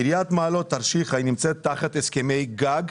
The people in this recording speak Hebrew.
עיריית מעלות תרשיחא נמצאת תחת הסכמי גג,